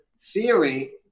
theory